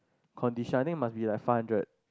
condition I think must be like five hundred